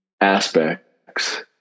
aspects